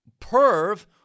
Perv